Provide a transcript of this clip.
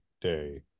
day